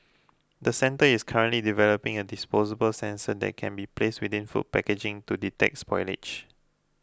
the centre is currently developing a disposable sensor that can be placed within food packaging to detect spoilage